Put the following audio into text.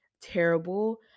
terrible